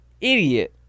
idiot